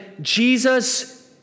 Jesus